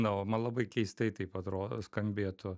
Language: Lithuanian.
na o man labai keistai taip atrodo skambėtų